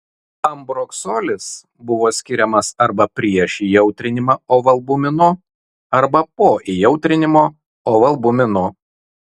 ambroksolis buvo skiriamas arba prieš įjautrinimą ovalbuminu arba po įjautrinimo ovalbuminu